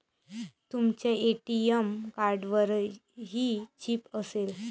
तुमच्या ए.टी.एम कार्डवरही चिप असेल